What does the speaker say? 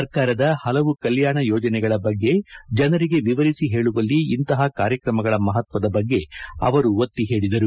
ಸರ್ಕಾರದ ಹಲವು ಕಲ್ಯಾಣ ಯೋಜನೆಗಳ ಬಗ್ಗೆ ಜನರಿಗೆ ವಿವರಿಸಿ ಹೇಳುವಲ್ಲಿ ಇಂತಹ ಕಾರ್ಯಕ್ರಮಗಳ ಮಹತ್ವದ ಬಗ್ಗೆ ಅವರು ಒತ್ತಿ ಹೇಳಿದರು